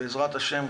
בעזרת השם,